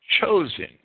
chosen